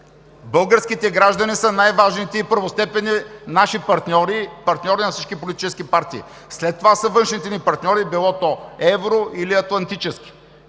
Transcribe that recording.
Българските граждани са най-важните и първостепенни наши партньори, партньори на всички политически партии. След това са външните ни партньори, било то евро или атлантически